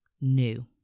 new